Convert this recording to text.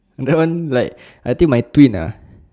that one like I think my twin ah